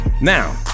Now